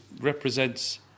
represents